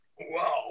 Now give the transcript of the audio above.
Wow